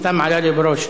סתם עלה לי בראש,